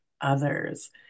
others